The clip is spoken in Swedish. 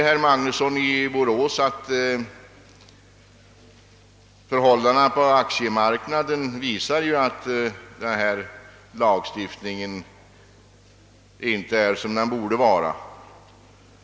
Herr Magnusson i Borås säger nu att förhållandena på aktiemarknaden visar att föreliggande lagstiftning inte är som den borde vara.